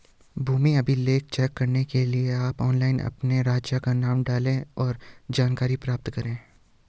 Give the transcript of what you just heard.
भूमि अभिलेख चेक करने के लिए आप ऑनलाइन अपने राज्य का नाम डालें, और जानकारी प्राप्त करे